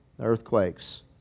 earthquakes